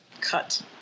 Cut